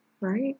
right